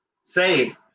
say